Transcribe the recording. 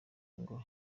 ngo